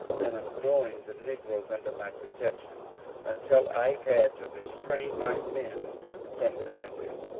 and annoying the negroes under my protection until i had to restrain my men from resentment.